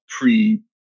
pre